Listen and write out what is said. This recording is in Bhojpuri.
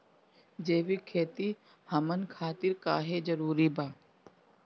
जैविक खेती हमन खातिर काहे जरूरी बा?